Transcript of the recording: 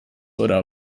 oder